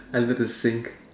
I'm going to think